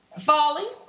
falling